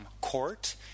court